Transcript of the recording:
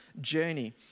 journey